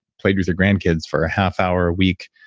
played with your grandkids for a half hour a week?